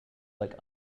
like